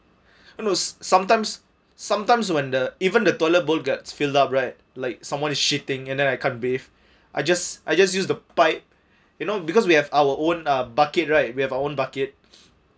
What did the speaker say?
and was sometimes sometimes when the even the toilet bowl gets filled up right like someone is shitting and then I can't bathe I just I just use the pipe you know because we have our own uh bucket right we have our own bucket